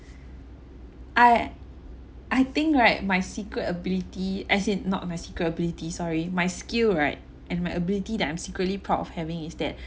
I I think right my secret ability as in not my secret ability sorry my skill right and my ability that I'm secretly proud of having is that